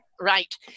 Right